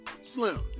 slim